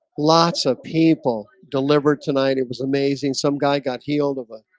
lots of people delivered tonight. it was amazing. some guy got healed of a